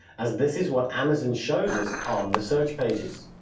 as this is what amazon shows us on the search pages.